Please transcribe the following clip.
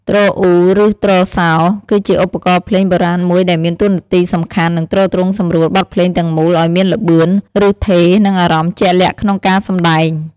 ទ្រអ៊ូ ឬ ទ្រសោ គឺជាឧបករណ៍ភ្លេងបុរាណមួយដែលមានតួនាទីសំខាន់ និងទ្រទ្រង់សម្រួលបទភ្លេងទាំងមូល ឲ្យមានល្បឿន ឬឋេរ និងអារម្មណ៍ជាក់លាក់ក្នុងការសម្តែង។